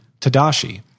Tadashi